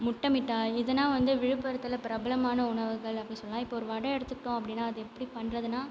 முட்டைமிட்டாய் இதுனா வந்து விழுப்புரத்தில் பிரபலமான உணவுகள் அப்படி சொல்லெலாம் இப்போ ஒரு வடை எடுத்துகிட்டோம் அப்படினா அது எப்படி பண்ணுறதுனா